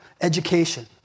education